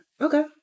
Okay